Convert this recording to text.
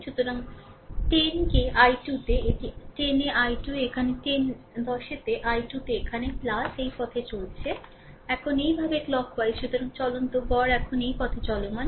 সুতরাং 10 কে I2 তে এটি r10 এ I2 এ এখানে 10 তে I2 তে এখানে এই পথে চলছে এখন এইভাবে ক্লক ওয়াইজ সুতরাং চলন্ত গড় এখন এই পথে চলমান